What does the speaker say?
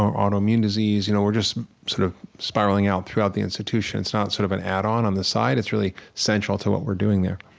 autoimmune disease, you know we're just sort of spiraling out throughout the institution. it's not sort of an add-on on on the side. it's really central to what we're doing there